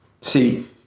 See